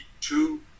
two